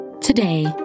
Today